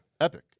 Epic